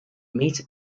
meet